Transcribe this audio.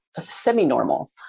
semi-normal